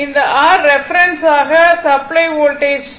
இது r reference ஆக r supply voltage 70